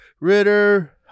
Ritter